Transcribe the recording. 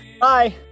Bye